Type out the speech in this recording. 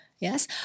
Yes